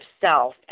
self